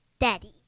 Daddy